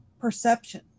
perception